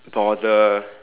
bother